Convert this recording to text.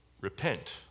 Repent